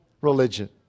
religion